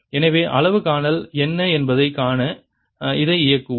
எனவே அளவு காணல் என்ன என்பதை காண இதை இயக்குவோம்